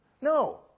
No